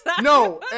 No